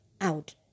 out